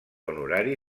honorari